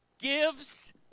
gives